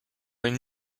une